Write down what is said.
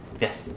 Yes